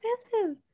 expensive